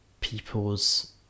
people's